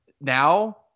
now